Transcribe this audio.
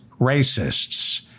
racists